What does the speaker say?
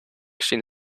chin